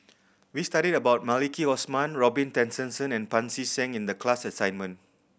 we studied about Maliki Osman Robin Tessensohn and Pancy Seng in the class assignment